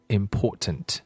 important